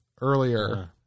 earlier